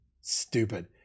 stupid